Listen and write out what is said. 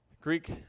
Greek